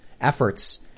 efforts